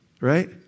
right